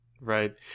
right